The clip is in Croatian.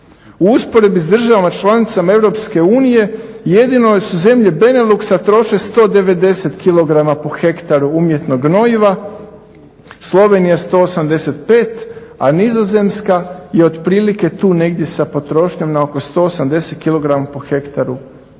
U usporedbi s državama članicama EU jedino zemlje Beneluxa troše 190 kg po hektaru umjetnog gnojiva, Slovenija 185, a Nizozemska je otprilike tu negdje sa potrošnjom na oko 180 kg po hektaru